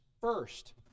first